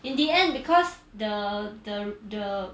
in the end because the the the